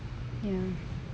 ya